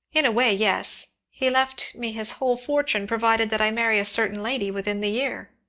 in a way, yes he left me his whole fortune provided that i married a certain lady within the year.